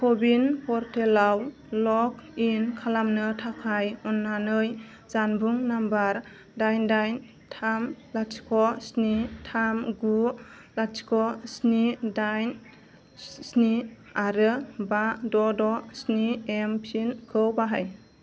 क' विन पर्टेलाव लग इन खालामनो थाखाय अननानै जानबुं नाम्बार दाइन दाइन थाम लाथिख' स्नि थाम गु लाथिख' स्नि दाइन स्नि आरो बा द' द' स्नि एम पिनखौ बाहाय